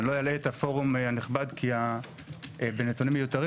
אני לא אלאה את הפורום הנכבד בנתונים מיותרים